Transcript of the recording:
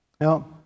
Now